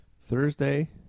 Thursday